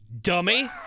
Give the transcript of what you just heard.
dummy